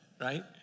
right